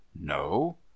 no